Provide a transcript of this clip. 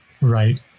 right